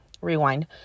rewind